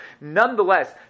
Nonetheless